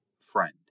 friend